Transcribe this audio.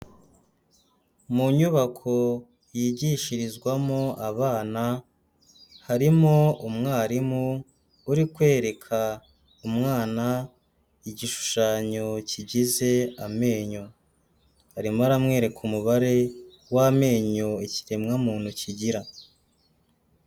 Mu nyubako yigishirizwamo abana harimo umwarimu uri kwereka umwana igishushanyo kigize amenyo, arimo aramwereka umubare w'amenyo ikiremwamuntu kigira.